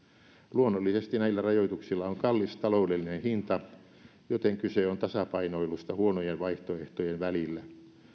luonnollisesti näillä rajoituksilla on kallis taloudellinen hinta joten kyse on tasapainoilusta huonojen vaihtoehtojen välillä